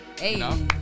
Hey